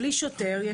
בלי שוטר,